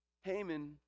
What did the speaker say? Haman